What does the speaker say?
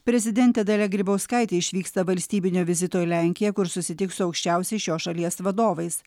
prezidentė dalia grybauskaitė išvyksta valstybinio vizito į lenkiją kur susitiks su aukščiausiais šios šalies vadovais